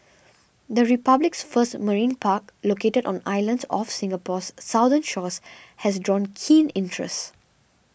the republic's first marine park located on islands off Singapore's southern shores has drawn keen interest